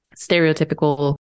stereotypical